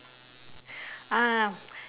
uh